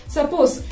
Suppose